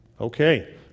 Okay